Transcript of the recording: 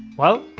well,